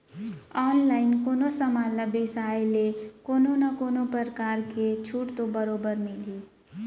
online कोनो समान ल बिसाय ले कोनो न कोनो परकार के छूट तो बरोबर मिलही